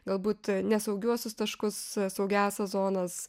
galbūt nesaugiuosius taškus saugiąsias zonas